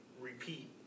repeat